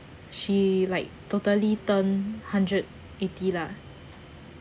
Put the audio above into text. she like totally turn hundred eighty lah